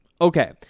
okay